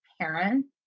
parents